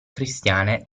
cristiane